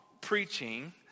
preaching